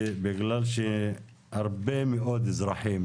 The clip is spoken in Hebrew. בגלל שהרבה מאוד אזרחים,